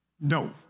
No